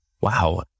wow